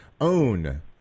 own